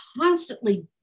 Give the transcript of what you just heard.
constantly